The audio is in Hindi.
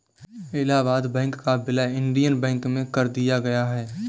इलाहबाद बैंक का विलय इंडियन बैंक में कर दिया गया है